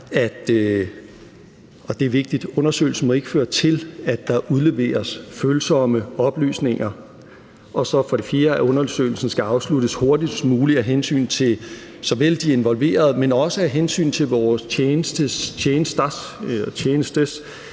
undersøgelsen ikke må føre til, at der udleveres følsomme oplysninger. Og den fjerde er, at undersøgelsen skal afsluttes hurtigst muligt af hensyn til såvel de involverede, men også af hensyn til vores tjenestes